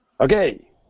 Okay